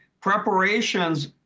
preparations